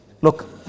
Look